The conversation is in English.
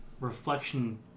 reflection